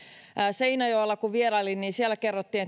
seinäjoella kun vierailin niin siellä kerrottiin